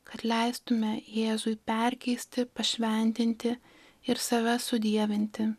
kad leistume jėzui perkeisti pašventinti ir save sudievinti